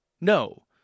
no